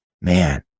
Man